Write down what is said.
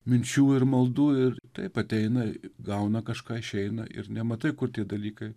minčių ir maldų ir taip ateina gauna kažką išeina ir nematai kur tie dalykai